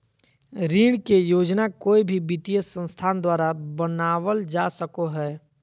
ऋण के योजना कोय भी वित्तीय संस्था द्वारा बनावल जा सको हय